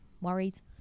worries